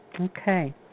Okay